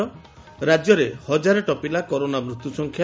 ରାଜ୍ୟରେ ହଜାରେ ଟପିଲା କରୋନା ମୃତ୍ୟୁସଂଖ୍ୟା